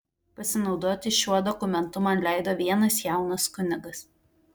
pasinaudoti šiuo dokumentu man leido vienas jaunas kunigas